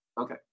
Okay